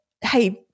Hey